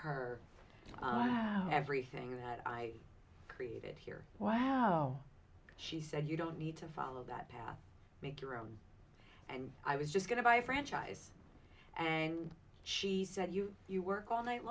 her everything that i created here wow she said you don't need to follow that path make your own and i was just going to buy a franchise and she said you you work all night